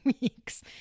weeks